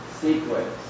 sequence